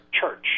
church